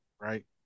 right